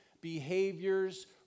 behaviors